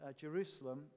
Jerusalem